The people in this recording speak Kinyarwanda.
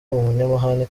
umunyamahane